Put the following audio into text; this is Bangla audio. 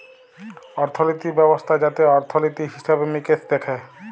অর্থলিতি ব্যবস্থা যাতে অর্থলিতি, হিসেবে মিকেশ দ্যাখে